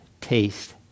taste